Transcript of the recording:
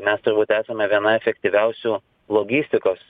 mes turbūt esame viena efektyviausių logistikos